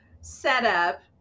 setup